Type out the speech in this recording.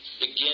begin